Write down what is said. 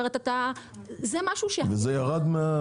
זה ירד?